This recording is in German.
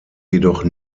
jedoch